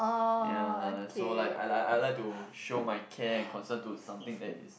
ya so like I I I I like to show my care and concern to something that's